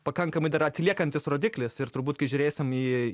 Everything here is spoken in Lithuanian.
pakankamai dar atsiliekantis rodiklis ir turbūt kai žiūrėsim į